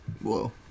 Whoa